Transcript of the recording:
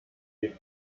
die